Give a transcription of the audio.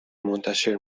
منتشر